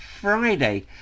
Friday